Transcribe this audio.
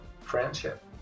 friendship